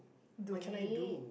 donate